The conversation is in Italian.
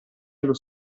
allo